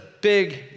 big